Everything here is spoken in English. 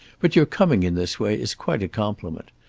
but your coming in this way is quite a compliment.